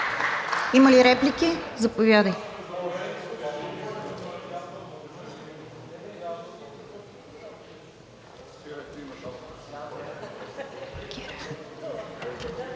Има ли реплики? Заповядайте.